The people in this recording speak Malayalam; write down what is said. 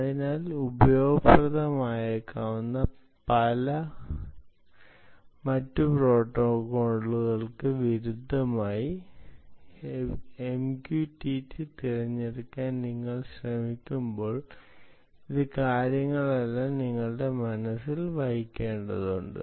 അതിനാൽ ഉപയോഗപ്രദമായേക്കാവുന്ന മറ്റ് പ്രോട്ടോക്കോളുകൾക്ക് വിരുദ്ധമായി MQTT തിരഞ്ഞെടുക്കാൻ നിങ്ങൾ ശ്രമിക്കുമ്പോൾ ഈ കാര്യങ്ങളെല്ലാം നിങ്ങളുടെ മനസ്സിൽ വഹിക്കേണ്ടതുണ്ട്